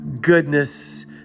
goodness